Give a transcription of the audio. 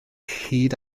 hyd